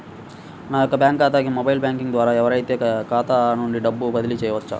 నా యొక్క బ్యాంక్ ఖాతాకి మొబైల్ బ్యాంకింగ్ ద్వారా ఎవరైనా ఖాతా నుండి డబ్బు బదిలీ చేయవచ్చా?